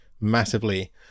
massively